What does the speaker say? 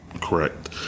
Correct